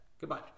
Goodbye